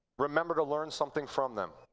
remember to learn something from them.